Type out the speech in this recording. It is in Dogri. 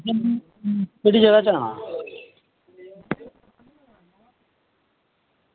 जम्मू केह्ड़ी जगह चला दा